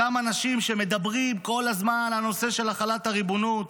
אותם אנשים שמדברים כל הזמן על נושא של החלת הריבונות.